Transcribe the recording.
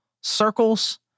circles